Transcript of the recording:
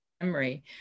memory